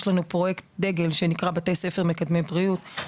יש לנו פרויקט דגל שנקרא ׳בתי ספר מקדמי בריאות׳,